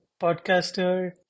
podcaster